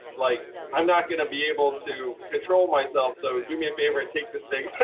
like, i'm not gonna be able to control myself, so do me a favor and take this thing.